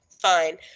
fine